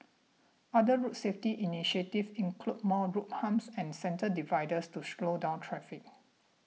other road safety initiatives include more road humps and centre dividers to slow down traffic